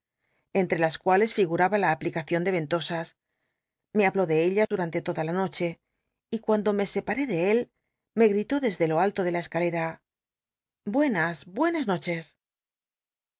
entre las cuales fi guraba la aplicarion ele y ent osas m e llabló de ella durante toda la noche y cuand o me separé de él me gritó desde lo allo de la escalera buenas buenas noches